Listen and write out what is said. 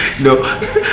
No